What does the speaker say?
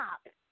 Stop